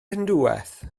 hindŵaeth